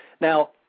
Now